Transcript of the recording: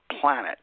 planet